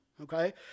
okay